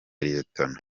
lieutenant